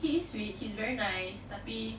he is sweet he's very nice tapi